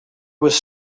was